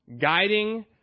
guiding